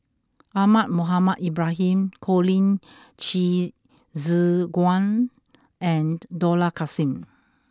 Ahmad Mohamed Ibrahim Colin Qi Zhe Quan and Dollah Kassim